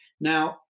Now